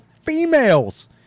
females